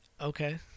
Okay